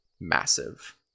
massive